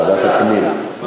ועדת הפנים.